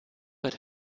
but